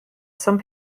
some